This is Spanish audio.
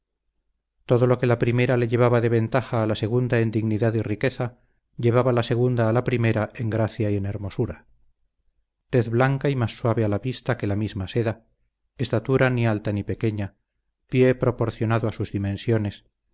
todo lo que la primera le llevaba de ventaja a la segunda en dignidad y riqueza llevaba la segunda a la primera en gracia y en hermosura tez blanca y más suave a la vista que la misma seda estatura ni alta ni pequeña pie proporcionado a sus dimensiones